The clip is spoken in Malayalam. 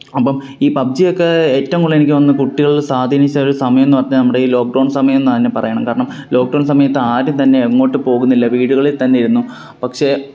അപ്പം ഈ പബ്ജി ഒക്കെ ഏറ്റവും കൂടുതല് എനിക്ക് തോന്നുന്നു കുട്ടികളില് സ്വാധീനിച്ചൊരു സമയമെന്ന് പറഞ്ഞാൽ നമ്മുടെ ഈ ലോക്ക്ഡൗൺ സമയമെന്ന് തന്നെ പറയണം കാരണം ലോക്ക്ഡൗൺ സമയത്ത് ആരും തന്നെ എങ്ങോട്ടും പോകുന്നില്ല വീടുകളിൽ തന്നെ ഇരുന്നു പക്ഷേ